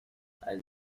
ازنظر